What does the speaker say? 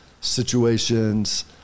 situations